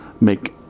make